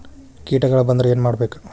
ಕೇಟಗಳ ಬಂದ್ರ ಏನ್ ಮಾಡ್ಬೇಕ್?